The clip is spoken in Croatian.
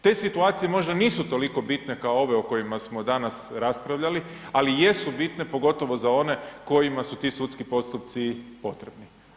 Te situacije možda nisu toliko bitne kao ove o kojima su danas raspravljali, ali jesu bitne pogotovo za one kojima su ti sudski postupci potrebni.